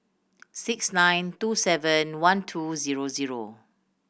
six nine two seven one two zero zero